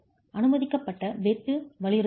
அனுமதிக்கப்பட்ட வெட்டு வலியுறுத்துகிறது